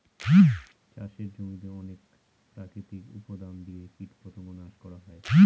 চাষের জমিতে অনেক প্রাকৃতিক উপাদান দিয়ে কীটপতঙ্গ নাশ করা হয়